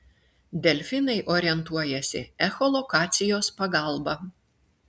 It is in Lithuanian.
delfinai orientuojasi echolokacijos pagalba